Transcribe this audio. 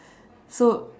so